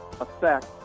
affect